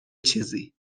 چیزی